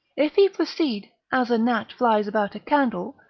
if he proceed, as a gnat flies about a candle,